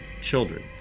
children